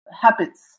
habits